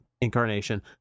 incarnation